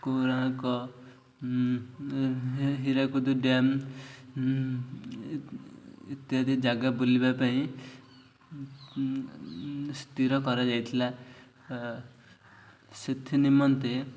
Konark Hirakud dam ଇତ୍ୟାଦି ଜାଗା ବୁଲିବା ପାଇଁ ସ୍ଥିର କରାଯାଇଥିଲା ସେଥି ନିମନ୍ତେ